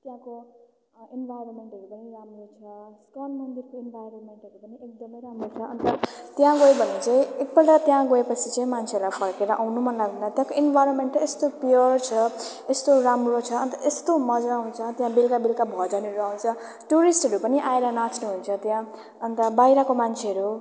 त्यहाँको इन्भाइरोमेन्टहरू पनि राम्रो छ इस्कन मन्दिरको इन्भाइरोमेन्टहरू पनि एकदमै राम्रो छ त्यहाँ गयो भने चाहिँ एकपल्ट त्यहाँ गयो पछि चाहिँ मान्छेहरलाई फर्केर आउनु मनलाग्दैन तक इन्भाइरोमेन्ट यस्तो प्योर छ यस्तो राम्रो छ अन्त यस्तो मजा आउँछ त्यहाँ बेलुका बेलुका भजनहरू आउँछ टुरिस्टहरू पनि आएर नाच्नुहुन्छ त्यहाँ अन्त बाहिरको मान्छेहरू